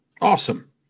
Awesome